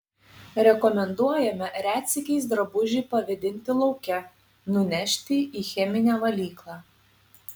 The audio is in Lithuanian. rekomenduojame retsykiais drabužį pavėdinti lauke nunešti į cheminę valyklą